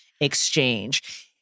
exchange